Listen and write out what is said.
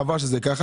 חבל שזה כך.